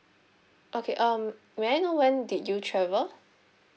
okay um may I know when did you travel